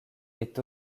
est